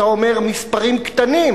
אתה אומר "מספרים קטנים",